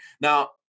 Now